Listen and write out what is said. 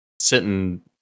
Sitting